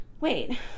Wait